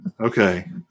Okay